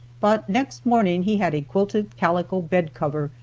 but next morning he had a quilted calico bed cover,